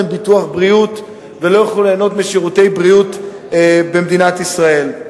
להם ביטוח בריאות והם לא יוכלו ליהנות משירותי בריאות במדינת ישראל.